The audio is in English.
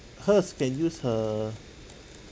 hers can use her